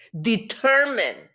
determine